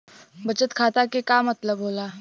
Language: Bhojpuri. बचत खाता के का मतलब होला?